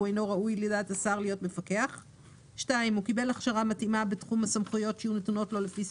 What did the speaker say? ובהם שתי נשים לפחות: